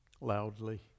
loudly